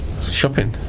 Shopping